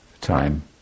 time